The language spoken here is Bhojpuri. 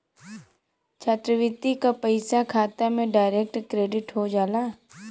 छात्रवृत्ति क पइसा खाता में डायरेक्ट क्रेडिट हो जाला